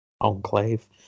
enclave